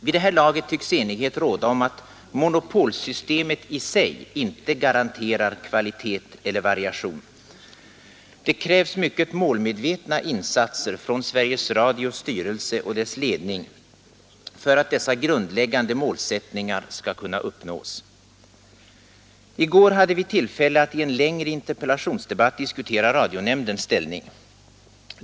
Vid det här laget tycks enighet råda om att monopolsystemet i sig inte garanterar kvalitet eller variation. Det krävs mycket målmedvetna insatser från Sveriges Radios styrelse och dess ledning för att dessa grundläggande målsättningar skall kunna uppnås. I går hade vi tillfälle att i en längre interpellationsdebatt diskutera radionämndens ställning.